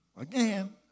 again